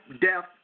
Death